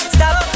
Stop